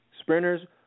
Sprinters